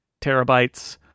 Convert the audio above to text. terabytes